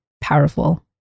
powerful